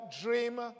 dream